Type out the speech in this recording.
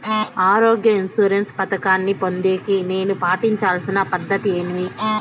ఆరోగ్య ఇన్సూరెన్సు పథకాన్ని పొందేకి నేను పాటించాల్సిన పద్ధతి ఏమి?